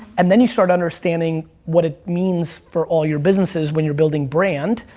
and then you start understanding what it means for all your businesses when you're building brand,